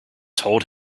told